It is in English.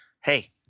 hey